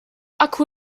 akku